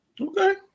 Okay